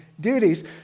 Duties